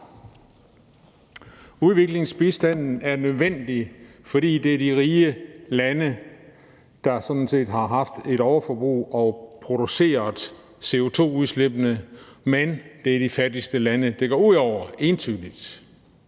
Udviklingsbistanden er nødvendig, fordi det er de rige lande, der sådan set har haft et overforbrug og produceret CO2-udslippene, mens det entydigt er de fattigste lande, det går ud over.